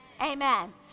amen